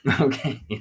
Okay